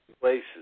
places